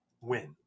win